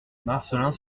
marcelin